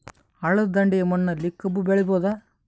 ಹಳ್ಳದ ದಂಡೆಯ ಮಣ್ಣಲ್ಲಿ ಕಬ್ಬು ಬೆಳಿಬೋದ?